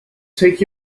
take